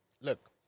look